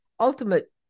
ultimate